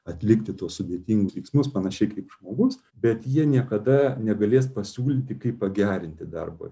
atlikti tuos sudėtingus veiksmus panašiai kaip žmogus bet jie niekada negalės pasiūlyti kaip pagerinti darbą